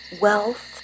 Wealth